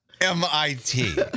MIT